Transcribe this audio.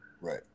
Right